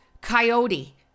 Coyote